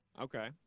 Okay